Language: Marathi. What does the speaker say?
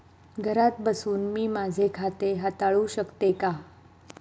घरात बसून मी माझे खाते हाताळू शकते का?